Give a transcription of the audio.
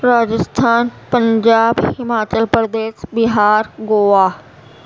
Rajasthan Punjab Himachal Pradesh Bihar Goa